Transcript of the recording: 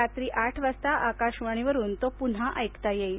रात्री आठ वाजता आकाशवाणीवरुन तो पुन्हा ऐकता येईल